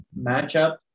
matchup